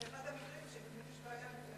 זה אחד המקרים שבהם באמת